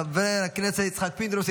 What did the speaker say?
חבר הכנסת יצחק פינדרוס,